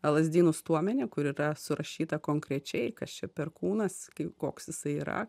lazdynų stuomenį kur yra surašyta konkrečiai kas čia per kūnas koks jisai yra